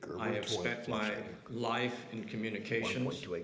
i have spent my life in communications.